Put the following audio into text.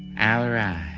al-iraq